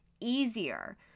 easier